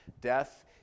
death